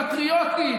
פטריוטית,